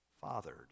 fathered